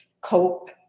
cope